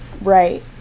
right